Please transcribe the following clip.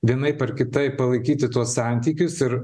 vienaip ar kitaip palaikyti tuos santykius ir